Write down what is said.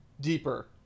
deeper